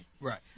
Right